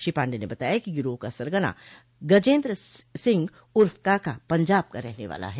श्री पांडेय ने बताया कि गिरोह का सरगना गजेन्द्र सिंह उर्फ काका पंजाब का रहने वाला है